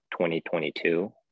2022